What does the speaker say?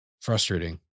frustrating